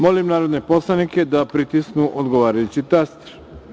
Molim narodne poslanike da pritisnu odgovarajući taster.